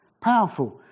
Powerful